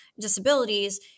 disabilities